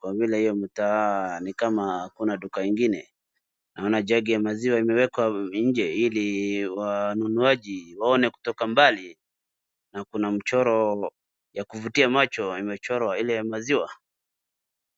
kwa vile hiyo mtaa ni kama hakuna duka ingine naona jagi ya maziwa imewekwa nje ili wanunuaji waone kutoka mbali na kuna mchoro ya kuvutia macho imechorwa ile ya mziwa .